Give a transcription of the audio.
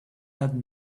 had